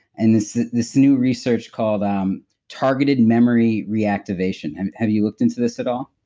and this this new research called um target and memory reactivation, and have you looked into this at all?